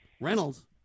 Reynolds